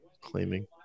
claiming